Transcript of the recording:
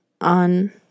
on